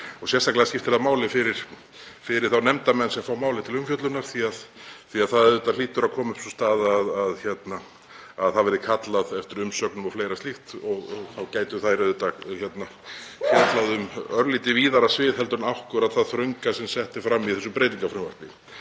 Sérstaklega skiptir það máli fyrir þá nefndarmenn sem fá málið til umfjöllunar því að auðvitað hlýtur að koma upp sú staða að það verði kallað eftir umsögnum og fleira slíkt og þá gætu þær fjallað um örlítið víðara svið heldur en akkúrat það þrönga sem er sett fram í þessu breytingarfrumvarpi.